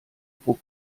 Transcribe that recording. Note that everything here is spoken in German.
pro